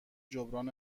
جبران